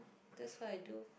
that's how I do